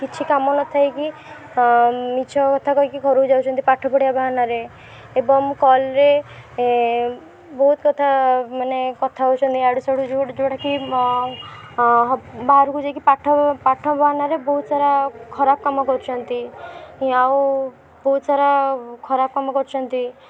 କିଛି କାମ ନଥାଇକି ବି ମିଛକଥା କହିକି ଘରୁ ଯାଉଛନ୍ତି ପାଠ ପଢ଼ିବା ବାହାନାରେ ଏବଂ କଲ୍ରେ ବହୁତ କଥା ମାନେ କଥା ହେଉଛନ୍ତି ଆଡ଼ୁସାଡ଼ୁ ଯେଉଁଟା ଯେଉଁଟାକି ବାହାରକୁ ଯାଇକି ପାଠ ପାଠ ବାହାନାରେ ବହୁତ ସାରା ଖରାପ କାମ କରୁଛନ୍ତି ଆଉ ବହୁତ ସାରା ଖରାପ କାମ କରୁଛନ୍ତି